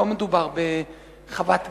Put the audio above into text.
לא מדובר בחוות גז,